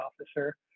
officer